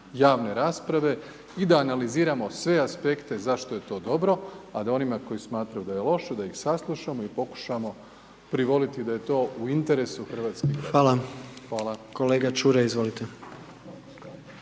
javne rasprave i da analiziramo sve aspekte zašto je to dobro, a da onima koji smatraju da je loše, da ih saslušamo i pokušamo privoliti da je to u interesu hrvatskih građana. Hvala. **Jandroković,